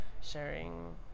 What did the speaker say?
sharing